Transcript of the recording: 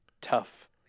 tough